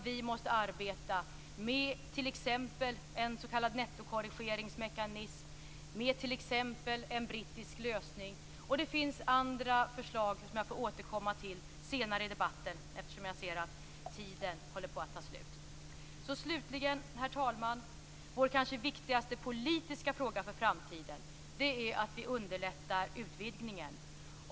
Vi måste arbeta med t.ex. en s.k. nettokorrigeringsmekanism eller med en brittisk lösning, och det finns andra förslag som jag återkommer till senare i debatten, eftersom jag ser att min talartid håller på att ta slut. Herr talman! Slutligen: Vår kanske viktigaste politiska fråga inför framtiden är att underlätta utvidgningen.